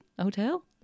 hotel